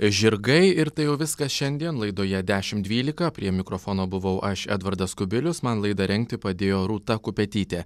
žirgai ir tai jau viskas šiandien laidoje dešimt dvylika prie mikrofono buvau aš edvardas kubilius man laidą rengti padėjo rūta kupetytė